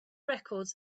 records